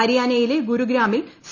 ഹരിയാനയിലെ ഗുരുഗ്രാമിൽ സി